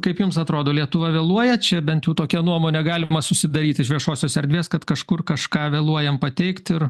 kaip jums atrodo lietuva vėluoja čia bent jau tokią nuomonę galima susidaryt iš viešosios erdvės kad kažkur kažką vėluojam pateikt ir